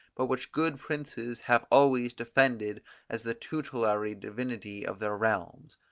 but which good princes have always defended as the tutelary divinity of their realms.